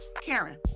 karen